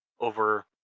over